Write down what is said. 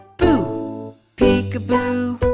boo peekaboo,